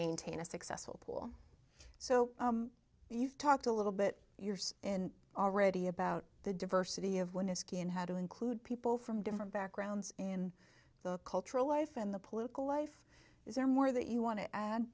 maintain a successful pool so you've talked a little bit years in already about the diversity of wineskin how to include people from different backgrounds in the cultural life in the political life is there more that you want to add